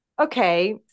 Okay